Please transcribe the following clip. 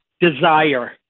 Desire